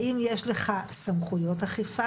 האם יש לך סמכויות אכיפה?